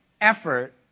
effort